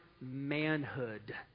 manhood